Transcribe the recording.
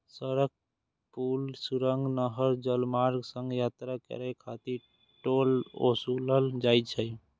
सड़क, पुल, सुरंग, नहर, जलमार्ग सं यात्रा करै खातिर टोल ओसूलल जाइ छै